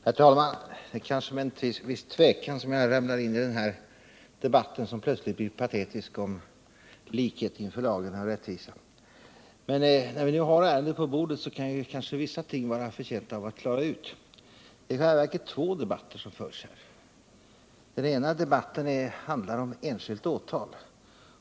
Herr talman! Det är kanske med en viss tvekan som jag ”ramlar in” i denna debatt, som plötsligt blivit patetisk, med tal om likhet inför lagen och inför rättvisan. Men när vi nu har ärendet på kammarens bord kan det ändå vara av intresse att klara ut vissa saker. Det är i själva verket två debatter som förs just nu. Den ena handlar om enskilt åtal.